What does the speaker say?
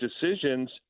decisions